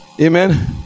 Amen